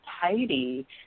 tidy